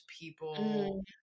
people